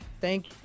thank